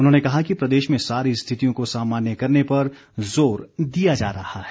उन्होंने कहा कि प्रदेश में सारी स्थितियों को सामान्य करने पर जोर दिया जा रहा है